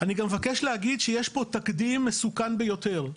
אני גם מבקש להגיד שיש פה תקדים מסוכן ביותר,